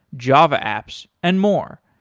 java apps and more.